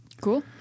Cool